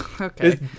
okay